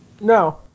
No